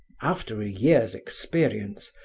after a year's experience,